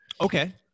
okay